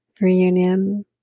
reunion